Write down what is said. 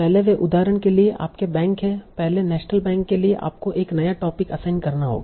पहले वे उदाहरण के लिए आपके बैंक हैं पहले नेशनल बैंक के लिए आपको एक नया टोपिक असाइन करना होगा